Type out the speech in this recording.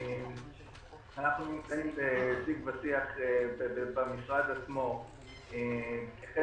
אנחנו נמצאים בשיג ושיח במשרד עצמו כחלק